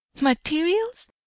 Materials